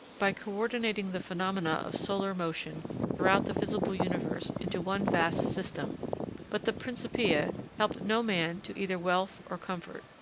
by coordinating the phenomena of solar motion throughout the visible universe into one vast system but the principia helped no man to either wealth or comfort.